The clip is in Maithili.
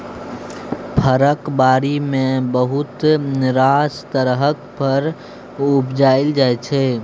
फरक बारी मे बहुत रास तरहक फर उपजाएल जाइ छै